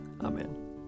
Amen